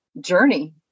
journey